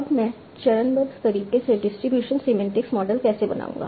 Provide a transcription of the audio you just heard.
अब मैं चरणबद्ध तरीके से डिस्ट्रीब्यूशन सिमेंटिक मॉडल कैसे बनाऊंगा